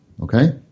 Okay